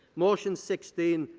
motion sixteen,